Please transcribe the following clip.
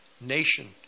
nation